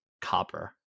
copper